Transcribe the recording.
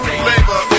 flavor